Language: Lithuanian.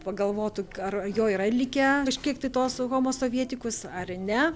pagalvotų ar jo yra likę kažkiek tai to homo sovietikus ar ne